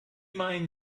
mind